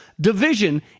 division